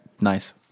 Nice